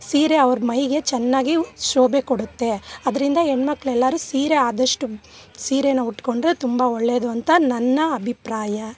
ಸೀರೆ ಅವ್ರ ಮೈಗೆ ಚೆನ್ನಾಗಿ ಶೋಭೆ ಕೊಡುತ್ತೆ ಅದರಿಂದ ಹೆಣ್ಮಕ್ಳು ಎಲ್ಲರು ಸೀರೆ ಆದಷ್ಟು ಸೀರೆ ಉಟ್ಕೊಂಡರೆ ತುಂಬ ಒಳ್ಳೆಯದು ಅಂತ ನನ್ನ ಅಭಿಪ್ರಾಯ